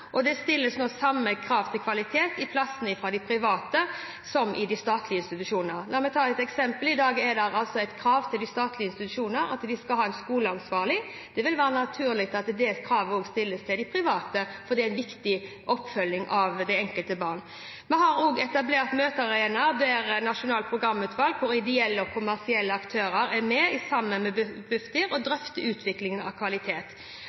og det stilles nå samme krav til kvalitet på plassene fra de private som i de statlige institusjonene. La meg ta et eksempel: I dag er det altså et krav til statlige institusjoner om at de skal ha en skoleansvarlig. Det vil være naturlig at det kravet også stilles til de private, for det er viktig for oppfølgingen av det enkelte barn. Vi har også etablert møtearenaer der Nasjonalt programutvalg og ideelle og kommersielle aktører er med sammen med Bufdir og drøfter utviklingen når det gjelder kvalitet.